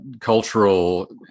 cultural